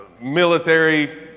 military